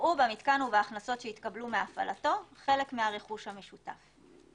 יראו במתקן ובהכנסות שיתקבלו מהפעלתו חלק מהרכוש המשותף,